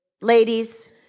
ladies